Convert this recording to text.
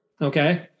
Okay